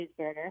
cheeseburger